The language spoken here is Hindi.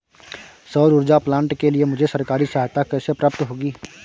सौर ऊर्जा प्लांट के लिए मुझे सरकारी सहायता कैसे प्राप्त होगी?